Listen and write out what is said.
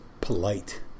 polite